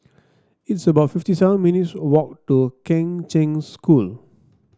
it's about fifty seven minutes' walk to Kheng Cheng School